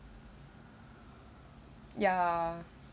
ya